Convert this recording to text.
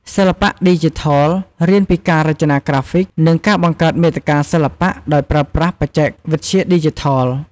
សិល្បៈឌីជីថល រៀនពីការរចនាក្រាហ្វិក និងការបង្កើតមាតិកាសិល្បៈដោយប្រើប្រាស់បច្ចេកវិទ្យាឌីជីថល។